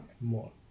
More